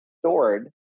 stored